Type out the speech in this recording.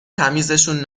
تمیزشون